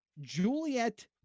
Juliet